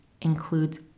includes